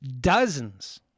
dozens